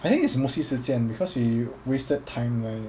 I think it's mostly 时间 because we wasted time like